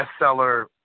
bestseller